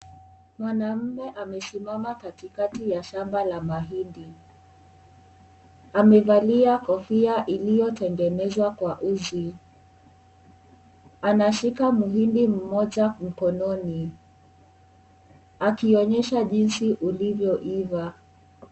Mwanaume amesimama katikati ya shamba la mahindi amevalia kofia iliyotengenezwa kwa uzi. Anashika mhindi mmoja mkononi akionyesha jinzi ulivyoiva .